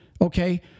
okay